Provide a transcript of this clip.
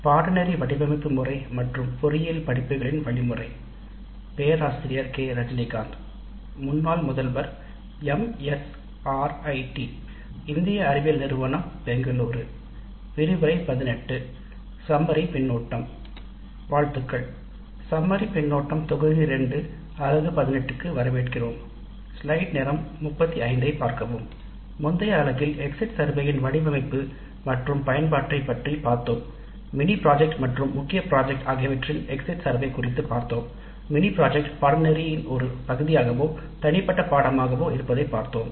வாழ்த்துக்கள் summary feedback தொகுதி 2 அலகு 18 க்கு வரவேற்கிறோம் கடைசி வகுப்பில் எக்ஸிட் சர்வே யின் வடிவமைப்பு மற்றும் பயன்பாட்டை பற்றி பார்த்தோம் மினி ப்ராஜெக்ட் மற்றும் முக்கிய ப்ராஜெக்ட் ஆகியவற்றின் எக்ஸிட் சர்வே குறித்து பார்த்தோம் மினி ப்ராஜெக்ட் பாடத்திட்டத்தின் ஒரு பகுதியாகவோ தனிப்பட்ட பாடமாகவோ இருப்பதை பார்த்தோம்